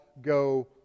go